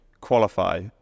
qualify